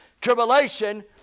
Tribulation